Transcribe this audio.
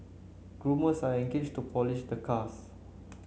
groomers are engaged to polish the cars